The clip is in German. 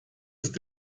ist